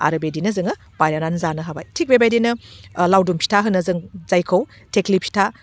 आरो बेदिनो जोङो बानायनानै जानो हाबाय थिग बेबायदिनो लावदुम फिथा होनो जों जायखौ थेख्लि फिथा